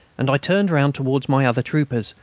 and i turned round towards my other troopers,